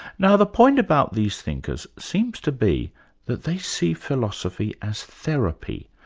now the point about these thinkers seems to be that they see philosophy as therapy,